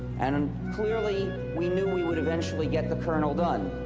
and and clearly, we knew we would eventually get the kernel done.